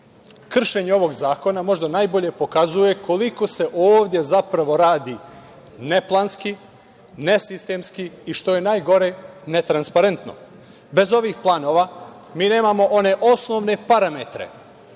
Kršenje ovog zakona možda najbolje pokazuje koliko se ovde zapravo radi neplanski, ne sistemski i što je najgore ne transparentno. Bez ovih planova mi nemamo one osnovne parametre